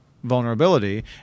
vulnerability